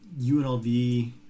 UNLV